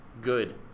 good